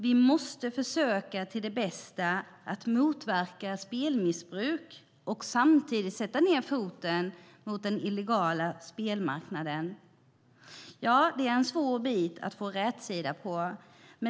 Vi måste försöka till det bästa att motverka spelmissbruk och samtidigt sätta ned foten mot den illegala spelmarknaden. Det är en svår bit att få rätsida på.